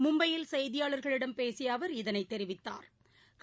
மும்பையில் செய்தியாளா்களிடம் பேசியஅவா் இதனைத் தெரிவித்தாா்